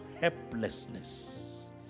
helplessness